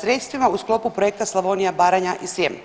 sredstvima u sklopu Projekta Slavonija, Baranja i Srijem.